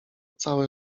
całe